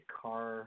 car